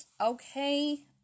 Okay